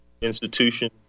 institution